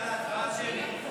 יאללה, הצבעה שמית.